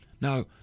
Now